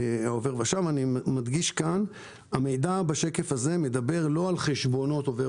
אני מדגיש שהמידע בשקף הזה הוא לא על חשבונות עובר